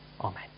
Amen